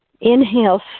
Inhale